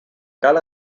cal